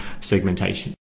segmentation